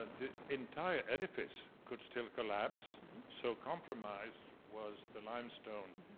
ah the entire edifice could still collapse so compromised was the limestone.